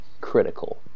critical